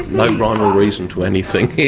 no rhyme or reason to anything here.